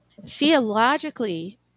theologically